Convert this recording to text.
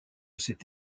cet